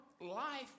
life